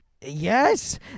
Yes